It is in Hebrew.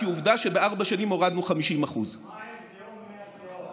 כי עובדה שבארבע שנים הורדנו 50%. מה עם זיהום מי התהום?